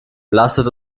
lasset